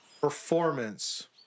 performance